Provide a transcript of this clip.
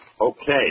Okay